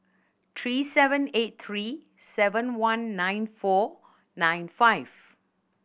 three seven eight three seven one nine four nine five